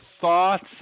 thoughts